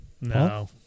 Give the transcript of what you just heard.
no